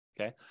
okay